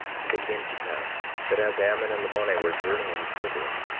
and it came to pass that as ammon and lamoni were journeying thither,